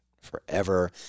forever